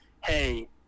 hey